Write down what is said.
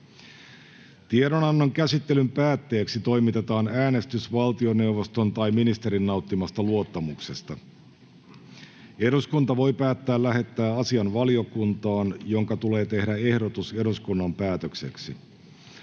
Tiedonannon käsittelyn päätteeksi toimitetaan äänestys valtioneuvoston tai ministerin nauttimasta luottamuksesta. Eduskunta voi päättää lähettää asian valiokuntaan, jonka tulee tehdä ehdotus eduskunnan päätökseksi.